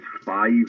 five